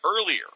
earlier